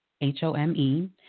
H-O-M-E